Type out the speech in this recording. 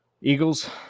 Eagles